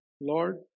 Lord